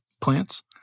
plants